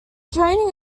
training